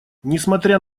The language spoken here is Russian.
несмотря